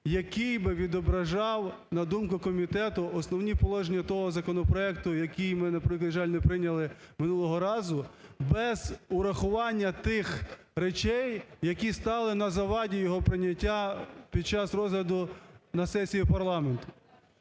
який би відображав, на думку комітету, основні положення того законопроекту, який ми, на превеликий жаль, не прийняли минулого разу, без урахування тих речей, які стали на заваді його прийняття під час розгляду на сесії парламенту.